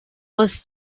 was